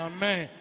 Amen